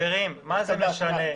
חברים, מה זה משנה?